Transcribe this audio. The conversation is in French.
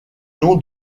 nom